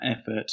effort